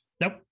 Nope